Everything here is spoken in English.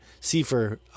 Seifer